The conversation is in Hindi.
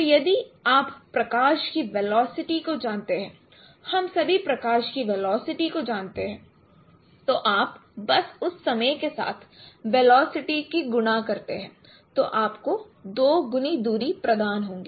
तो यदि आप प्रकाश की वेलोसिटी को जानते हैं हम सभी प्रकाश की वेलोसिटी को जानते हैं तो आप बस उस समय के साथ वेलोसिटी की गुणा करते हैं तो आपको दोगुनी दूरी प्रदान होगी